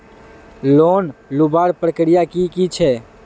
Loan लुबार प्रक्रिया की की छे?